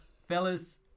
Fellas